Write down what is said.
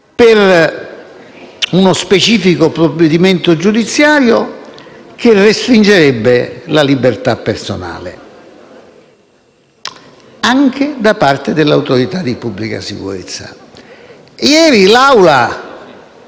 per uno specifico provvedimento giudiziario che restringa la libertà personale, anche da parte dell'autorità di pubblica sicurezza. Ieri